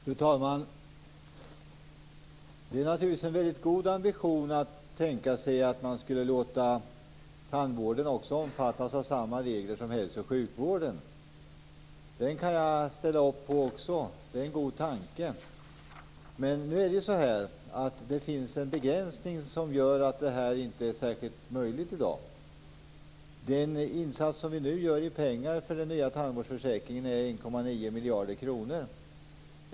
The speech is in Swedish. Fru talman! Det är naturligtvis en väldig god ambition att tänka sig att man skulle låta tandvården omfattas av samma regler som hälso och sjukvården. Det kan jag också ställa upp på. Det är en god tanke. Men nu finns det en begränsning som gör att det här inte är särskilt möjligt i dag. Den insats som vi nu gör i pengar för den nya tandvårdsförsäkringen är 1,9 miljarder kronor.